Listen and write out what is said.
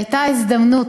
הייתה הזדמנות.